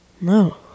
No